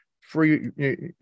free